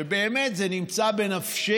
שבאמת זה בנפשך,